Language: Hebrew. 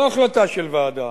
לא החלטה של ועדה,